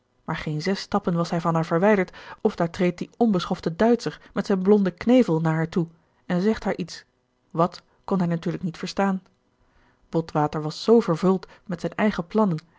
maar geen zes stappen was hij van haar verwijderd of daar treedt die onbeschofte duitscher met zijn blonden knevel naar haar toe en zegt haar iets wat kon hij natuurlijk niet verstaan botwater was zoo vervuld met zijn eigen plannen